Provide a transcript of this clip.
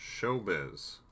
showbiz